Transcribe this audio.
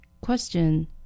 Question